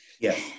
Yes